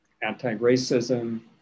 Anti-racism